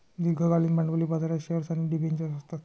दीर्घकालीन भांडवली बाजारात शेअर्स आणि डिबेंचर्स असतात